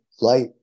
light